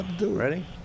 Ready